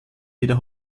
wieder